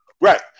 Right